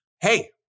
Hey